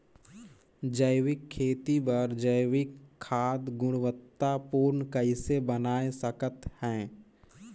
जैविक खेती बर जैविक खाद गुणवत्ता पूर्ण कइसे बनाय सकत हैं?